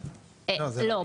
לא.